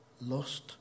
lost